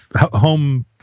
home